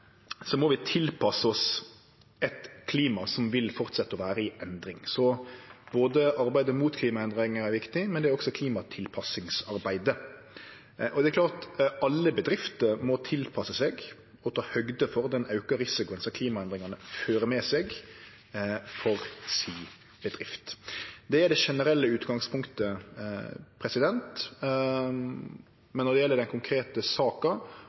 må vi tilpasse oss eit klima som vil fortsetje å vere i endring. Så arbeidet mot klimaendringar er viktig, men det er også klimatilpassingsarbeidet. Det er klart at alle bedrifter må tilpasse seg og ta høgde for den auka risikoen som klimaendringane fører med seg for bedriftene. Det er det generelle utgangspunktet, men når det gjeld den konkrete saka,